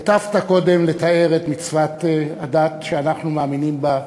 היטבת קודם לתאר את מצוות הדת שאנחנו מאמינים בה,